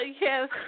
Yes